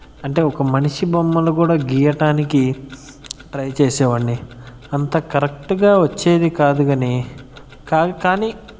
అంటే ఒక మనిషి బొమ్మను కూడా గీయటానికి ట్రై చేసేవాడిని అంత కరెక్ట్గా వచ్చేది కాదు కానీ కాదు కానీ